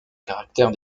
caractère